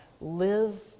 live